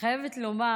חייבת לומר